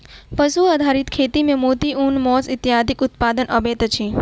पशु आधारित खेती मे मोती, ऊन, मौस इत्यादिक उत्पादन अबैत अछि